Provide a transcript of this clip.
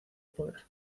poder